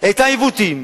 את העיוותים,